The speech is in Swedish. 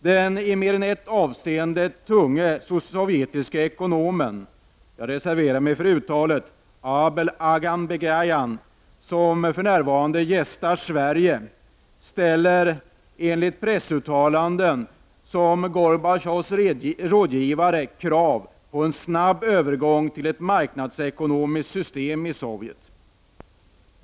Den i mer än ett avseende tunge sovjetiske ekonomen Abel Aganbegyan, som för närvarande gästar Sverige, ställer enligt pressuttalande — som Gorbatjovs rådgivare — krav på en snabb övergång till ett marknadsekonomiskt system i Sovjet.